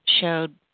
showed